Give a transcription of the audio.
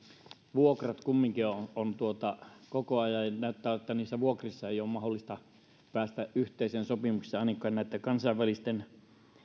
vuokrat kumminkin ovat maksussa koko ajan ja näyttää siltä että vuokrissa ei ole mahdollista päästä yhteiseen sopimukseen ainakaan kansainvälisten